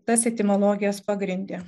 tas etimologijas pagrindė